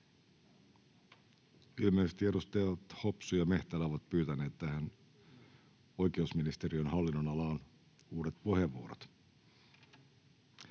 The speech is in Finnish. Ilmeisesti edustajat Hopsu ja Mehtälä ovat pyytäneet tähän oikeusministeriön hallinnonalaan uudet puheenvuorot.